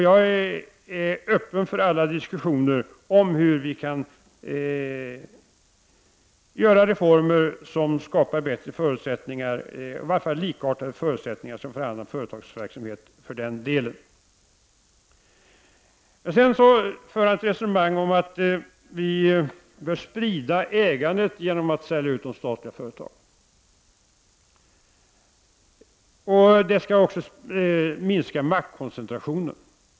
Jag är öppen för alla diskussioner om hur vi skall kunna genomföra reformer som kan skapa bättre förutsättningar och åstadkomma förutsättningar som i varje fall liknar dem som gäller för annan verksamhet. Sedan sade Per-Ola Eriksson att vi bör sprida ägandet genom att sälja ut de statliga företagen, vilket också skulle få till följd en minskning av maktkoncentrationen.